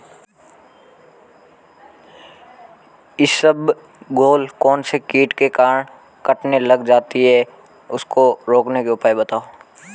इसबगोल कौनसे कीट के कारण कटने लग जाती है उसको रोकने के उपाय बताओ?